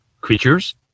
creatures